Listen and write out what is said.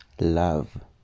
love